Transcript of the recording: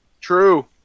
True